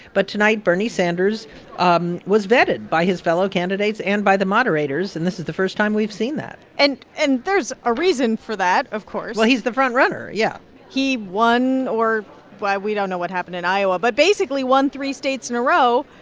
but tonight, bernie sanders um was vetted by his fellow candidates and by the moderators. and this is the first time we've seen that and and there's a reason for that, of course well, he's the front-runner. yeah he won or we don't know what happened in iowa but basically won three states in a row.